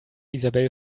isabel